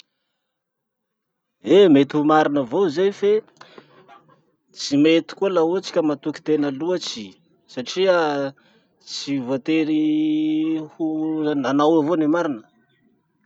Eh mety ho marina avao zay fe tsy mety koa laha ohatsy ka matoky tena loatsy satria tsy voatery ho nanao avao ny marina.